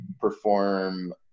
perform